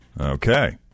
Okay